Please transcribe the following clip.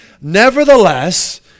Nevertheless